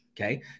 Okay